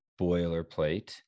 boilerplate